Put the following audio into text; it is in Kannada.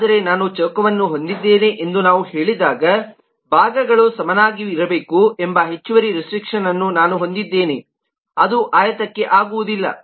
ಆದರೆ ನಾನು ಚೌಕವನ್ನು ಹೊಂದಿದ್ದೇನೆ ಎಂದು ನಾವು ಹೇಳಿದಾಗ ಭಾಗಗಳು ಸಮಾನವಾಗಿರಬೇಕು ಎಂಬ ಹೆಚ್ಚುವರಿ ರೆಸ್ಟ್ರಿಕ್ಷನ್ಅನ್ನು ನಾನು ಹೊಂದಿದ್ದೇನೆ ಅದು ಆಯತಕ್ಕೆ ಆಗುವುದಿಲ್ಲ